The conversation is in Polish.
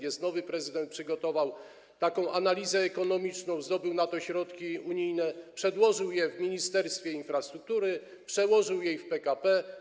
Jest nowy prezydent, przygotował taką analizę ekonomiczną, zdobył na to środki unijne, przedłożył je w Ministerstwie Infrastruktury, przedłożył je też w PKP.